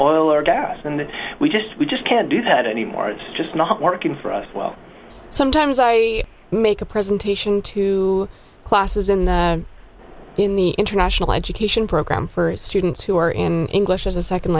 oil or gas and we just we just can't do that anymore it's just not working for us well sometimes i make a presentation to classes in the in the international education program for students who are in english as a second